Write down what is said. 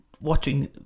watching